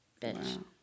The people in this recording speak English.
Bitch